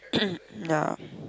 yeah